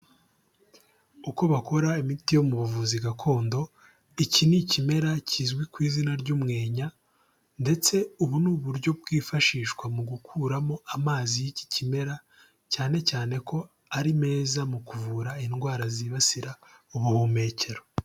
Uko bakora imiti yo mu buvuzi gakondo, iki ni ikimera kizwi ku izina ry'umwenya ndetse ubu ni uburyo bwifashishwa mu gukuramo amazi y'iki kimera cyane cyane ko ari meza mu kuvura indwara zibasira ubuhumekero.